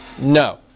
No